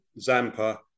Zampa